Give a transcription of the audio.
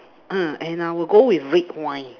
uh and I will go with red wine